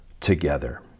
together